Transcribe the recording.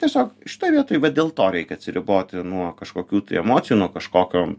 tiesiog šitoj vietoj vat dėl to reikia atsiriboti nuo kažkokių emocijų nuo kažkokio